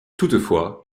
toutefois